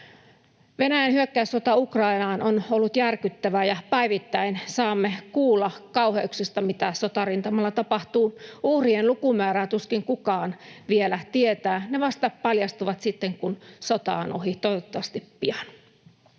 Venäjän hyökkäyssota Ukrainaan on ollut järkyttävä, ja päivittäin saamme kuulla kauheuksista, mitä sotarintamalla tapahtuu. Uhrien lukumäärää tuskin kukaan vielä tietää. Ne paljastuvat vasta sitten, kun sota on ohi — toivottavasti pian.